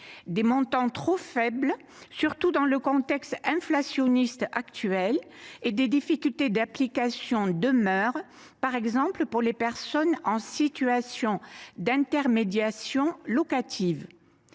–, montants trop faibles, surtout dans le contexte inflationniste actuel, difficultés d’application persistantes, par exemple pour les personnes en situation d’intermédiation locative.